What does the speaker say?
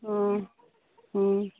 ꯑꯥ ꯎꯝ